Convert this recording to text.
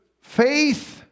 Faith